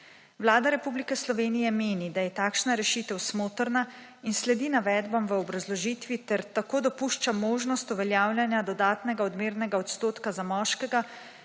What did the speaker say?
Vlada Republike Slovenije meni, da je takšna rešitev smotrna in sledi navedbam v obrazložitvi ter tako dopušča možnost uveljavljanja dodatnega odmernega odstotka za moškega,